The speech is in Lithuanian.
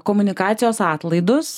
komunikacijos atlaidus